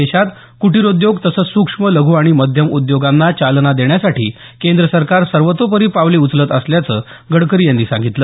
देशात कुटीरोद्योग तसंच सूक्ष्म लघु आणि मध्यम उद्योगांना चालना देण्यासाठी केंद्र सरकार सर्वतोपरी पावले उचलत असल्याचं गडकरी यांनी सांगितलं